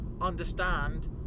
understand